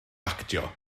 actio